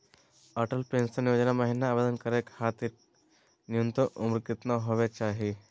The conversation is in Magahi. अटल पेंसन योजना महिना आवेदन करै खातिर न्युनतम उम्र केतना होवे चाही?